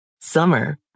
Summer